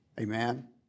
Amen